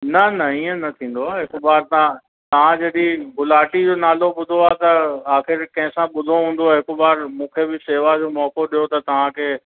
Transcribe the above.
न न ईअं न थींदो आहे हिकु बार तव्हां तव्हां जॾहिं गुलाटी जो नालो ॿुधो आहे त आख़िरि कंहिंसां ॿुधो हूंदव हिकु बार मूंखे बि शेवा जो मौक़ो ॾियो त तव्हांखे